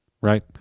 right